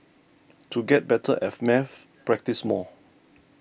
to get better at maths practise more